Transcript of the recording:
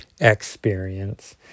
Experience